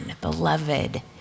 beloved